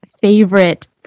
favorite